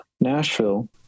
Nashville